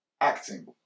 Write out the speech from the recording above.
Acting